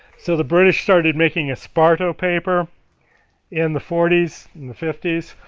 so the british started making esparto paper in the forty s and the fifty s.